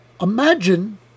imagine